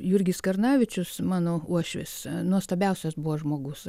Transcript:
jurgis karnavičius mano uošvis nuostabiausias buvo žmogus